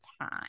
time